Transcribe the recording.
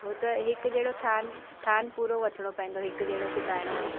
पोइ त हिकु जहिड़ो थान थान पूरो वठिणो पवंदो हिकु जहिड़ो सुबाइणो आहे त